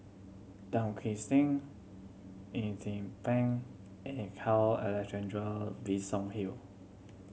Tan Kim Sing Eng Zee Peng and Carl Alexander Bison Hill